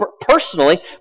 personally